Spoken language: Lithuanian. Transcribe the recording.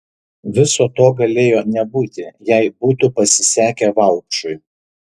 viso to galėjo nebūti jei būtų pasisekę vaupšui